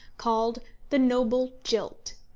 called the noble jilt.